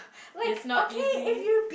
it's not east